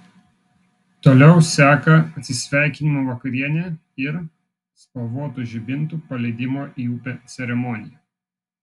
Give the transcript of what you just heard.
toliau seka atsisveikinimo vakarienė ir spalvotų žibintų paleidimo į upę ceremonija